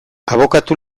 abokatu